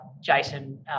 Jason